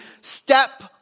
step